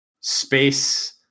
space